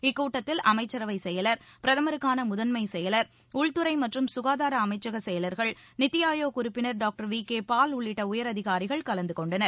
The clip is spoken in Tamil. இக்கூட்டத்தில் அமைச்சரவை செயலர் பிரதமருக்கான முதன்மை செயலர் உள்துறை மற்றும் சுகாதார அமைச்சக செயலர்கள் நித்தி ஆயோக் உறுப்பினர் டாக்டர் வி கே பால் உள்ளிட்ட உயர் அதிகாரிகள் கலந்து கொண்டனர்